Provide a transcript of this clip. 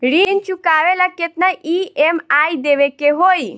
ऋण चुकावेला केतना ई.एम.आई देवेके होई?